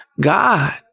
God